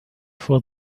for